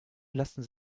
lassen